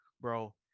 bro